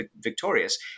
victorious